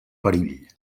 perill